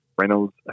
Reynolds